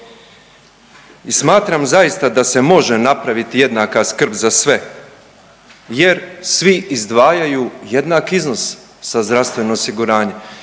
i smatram zaista da se može napraviti jednaka skrb za sve, jer svi izdvajaju jednaki iznos za zdravstveno osiguranje